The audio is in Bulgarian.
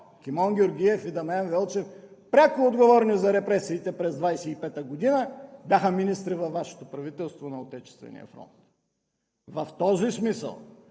Кимон Георгиев и Дамян Велчев, пряко отговорни за репресиите през 1925 г., бяха министри във Вашето правителство – на Отечествения фронт! В този смисъл